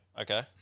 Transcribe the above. Okay